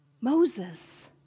Moses